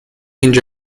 اینجا